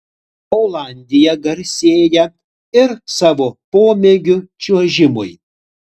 olandija garsėja ir savo pomėgiu čiuožimui